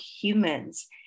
humans